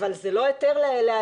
אבל זה לא היתר לאלימות.